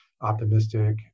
optimistic